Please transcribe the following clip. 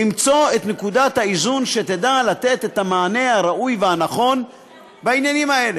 למצוא את נקודת האיזון שתדע לתת את המענה הראוי והנכון בעניינים האלה.